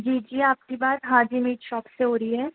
جی جی آپ کی بات حاجی میٹ شاپ سے ہو رہی ہے